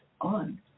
on